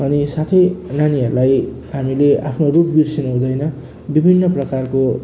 अनि साथै नानीहरूलाई हामीले आफ्नो रूप बिर्सनु हुँदैन विभिन्न प्रकारको